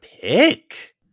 pick